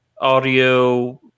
audio